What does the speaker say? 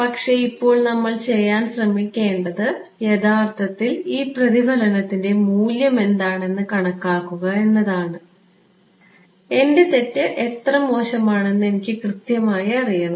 പക്ഷേ ഇപ്പോൾ നമ്മൾ ചെയ്യാൻ ശ്രമിക്കേണ്ടത് യഥാർത്ഥത്തിൽ ഈ പ്രതിഫലനത്തിന്റെ മൂല്യം എന്താണെന്ന് കണക്കാക്കുക എന്നതാണ് എന്റെ തെറ്റ് എത്ര മോശമാണെന്ന് എനിക്ക് കൃത്യമായി അറിയണം